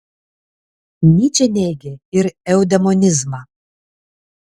nyčė neigė ir eudemonizmą